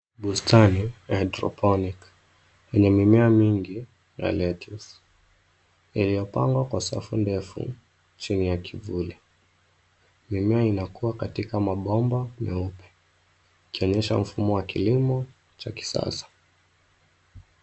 Bustani ya hydroponic ina mimea mingi ya lettuce iliyopangwa kwa safu ndefu chini ya kivuli. Mimea inakua katika mabomba meupe, ikionyesha mfumo wa kilimo cha kisasa.